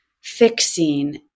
fixing